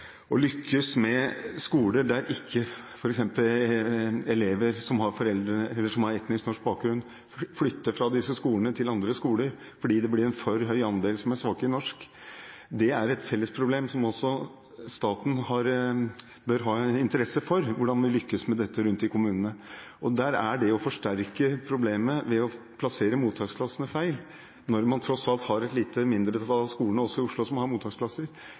med å lykkes med at elever som har etnisk norsk bakgrunn, ikke flytter fra sine skoler til andre skoler fordi det blir en for høy andel som er svake i norsk, er et felles problem. Også staten bør ha interesse for hvordan vi lykkes med dette rundt i kommunene. Det er å forsterke problemet å plassere mottaksklassene feil – når det tross alt er et lite mindretall av skolene i Oslo som har mottaksklasser.